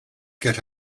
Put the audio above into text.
get